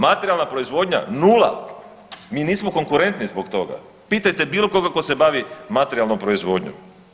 Materijalna proizvodnja nula, mi nismo konkurentni zbog toga pitajte bilo koga ko se bavi materijalnom proizvodnjom.